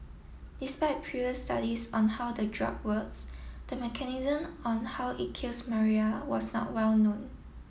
despite previous studies on how the drug works the mechanism on how it kills maria was not well known